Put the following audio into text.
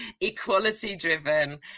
equality-driven